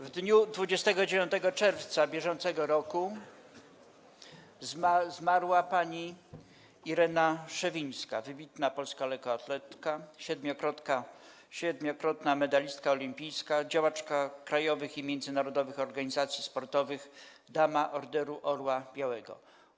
W dniu 29 czerwca br. zmarła pani Irena Szewińska - wybitna polska lekkoatletka, siedmiokrotna medalistka olimpijska, działaczka krajowych i międzynarodowych organizacji sportowych, dama Orderu Orła Białego.